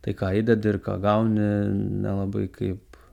tai ką įdedi ir ką gauni nelabai kaip